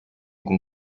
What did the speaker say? con